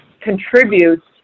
contributes